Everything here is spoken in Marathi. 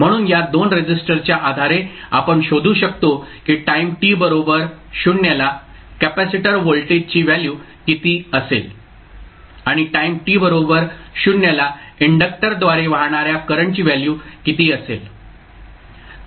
म्हणून या 2 रेसिस्टरच्या आधारे आपण शोधू शकतो की टाईम t बरोबर 0 ला कॅपेसिटर व्होल्टेजची व्हॅल्यू किती असेल आणि टाईम t बरोबर 0 ला इंडकटरद्वारे वाहणाऱ्या करंटची व्हॅल्यू किती असेल